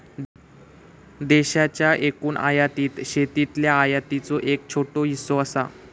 देशाच्या एकूण आयातीत शेतीतल्या आयातीचो एक छोटो हिस्सो असा